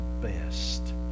best